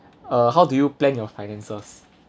uh how do you plan your finances